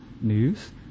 news